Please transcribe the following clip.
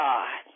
God